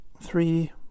three